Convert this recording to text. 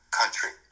country